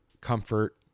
comfort